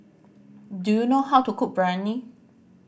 do you know how to cook Biryani